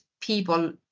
people